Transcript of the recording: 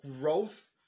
growth